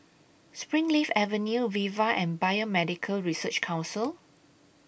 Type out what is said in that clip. Springleaf Avenue Viva and Biomedical Research Council